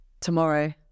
tomorrow